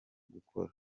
gukora